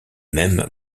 même